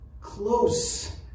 close